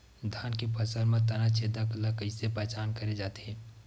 धान के फसल म तना छेदक ल कइसे पहचान करे जाथे?